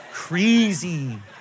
crazy